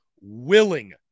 willing